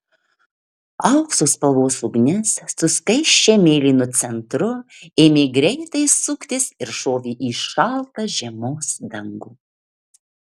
aukso spalvos ugnis su skaisčiai mėlynu centru ėmė greitai suktis ir šovė į šaltą žiemos dangų